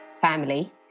family